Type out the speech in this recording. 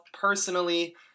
personally